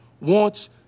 wants